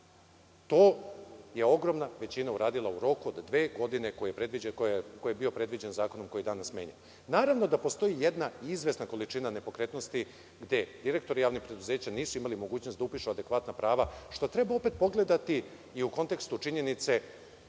To je ogromna većina uradila u roku od dve godine koji je bio predviđen zakonom koji danas menja. Naravno da postoji jedna izvesna količina nepokretnosti gde direktori javnih preduzeća nisu imali mogućnost da upišu adekvatna prava, što treba opet pogledati i u kontekstu činjenice